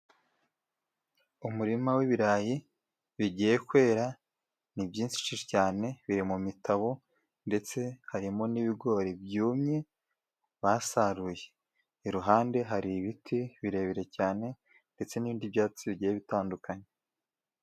Umurima w'ibirayi bigiye kwera, ni byinshi cyane biri mu mitabo, ndetse harimo n'ibigori byumye basaruye, iruhande hari ibiti birebire cyane ndetse n'ibindi byatsi bigiye bitandukanye.